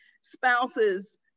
spouses